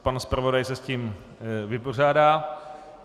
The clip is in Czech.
Pan zpravodaj se s tím vypořádá.